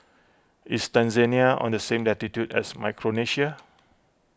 is Tanzania on the same latitude as Micronesia